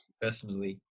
personally